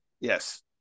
Yes